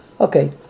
Okay